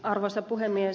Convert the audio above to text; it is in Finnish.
arvoisa puhemies